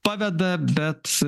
paveda bet